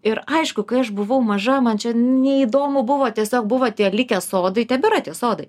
ir aišku kai aš buvau maža man čia neįdomu buvo tiesiog buvo tie likę sodai tebėra tie sodai